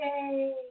Yay